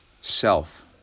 Self